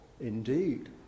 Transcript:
indeed